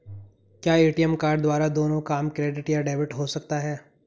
क्या ATM card द्वारा दोनों काम क्रेडिट या डेबिट हो सकता है?